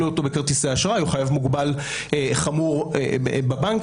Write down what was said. אותו בכרטיסי אשראי או חייב מוגבל חמור בבנקים.